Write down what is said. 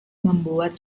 membuat